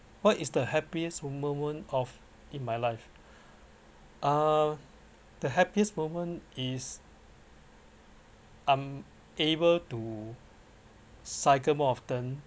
what is the happiest moment of in my life uh the happiest moment is I'm able to cycle more often